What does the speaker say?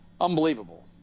Unbelievable